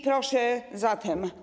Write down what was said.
Proszę zatem.